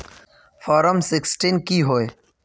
Form sixteen की होय?